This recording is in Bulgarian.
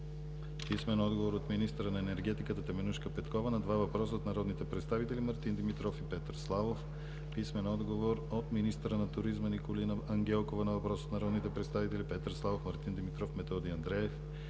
писмен отговор от министъра на енергетиката Теменужка Петкова на два въпроса от народните представители Мартин Димитров и Петър Славов; - писмен отговор от министъра на туризма Николина Ангелкова на въпрос от народните представители Петър Славов, Мартин Димитров и Методи Андреев;